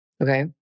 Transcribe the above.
Okay